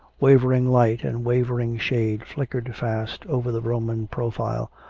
wavering light and wavering shade flickered fast over the roman profile,